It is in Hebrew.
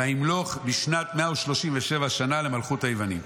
וימלוך בשנת 137 שנה למלכות היוונים".